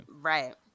right